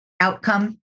outcome